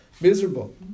miserable